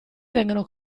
vengono